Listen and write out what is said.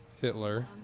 Hitler